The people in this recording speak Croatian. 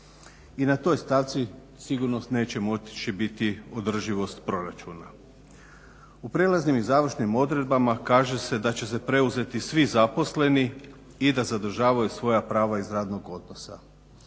I na toj stavci sigurno neće moći biti održivost proračuna. U prijelaznim i završnim odredbama kaže se da će se preuzeti svi zaposleni i da zadržavaju svoja prava iz radnog odnosa.